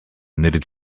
knitted